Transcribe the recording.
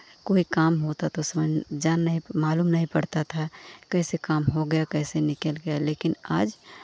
कोई काम होता तो उसमें जान नहीं मालूम नहीं पड़ता था कि कैसे काम हो गया कैसे निकल गया लेकिन आज